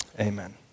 amen